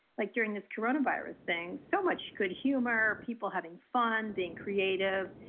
like during this coronavirus thing, so much good humor, people having fun, being creative.